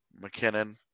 McKinnon